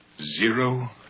Zero